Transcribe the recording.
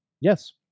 Yes